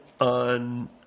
on